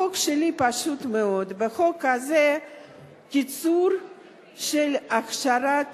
החוק שלי פשוט מאוד, בחוק הזה קיצור של אכשרת